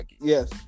yes